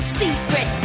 secret